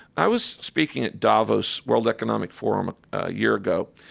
i was speaking at davos' world economic forum a year ago,